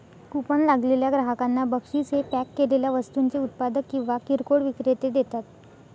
coupon लागलेल्या ग्राहकांना बक्षीस हे पॅक केलेल्या वस्तूंचे उत्पादक किंवा किरकोळ विक्रेते देतात